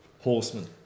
Horseman